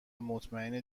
مطمئن